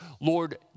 Lord